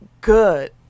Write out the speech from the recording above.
good